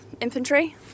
infantry